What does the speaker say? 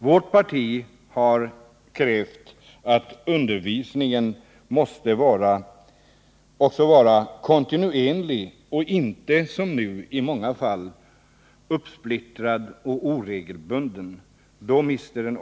Vårt parti har också krävt att undervisningen skall vara kontinuerlig och inte — som nu i många fall — uppsplittrad och oregelbunden.